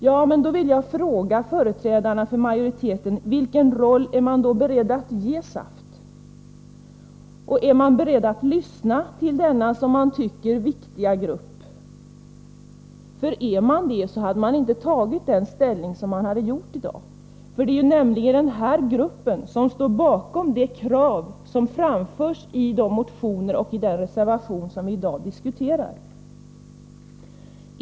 Jag vill fråga företrädarna för majoriteten: Vilken roll är man då beredd att ge SAFT? Är man beredd att lyssna till denna, som man tycker, viktiga grupp? Är man det, hade man inte tagit den ställning man har gjort i dag. Det är nämligen denna grupp som står bakom det krav som framförs i de motioner och den reservation som vi här i dag diskuterar.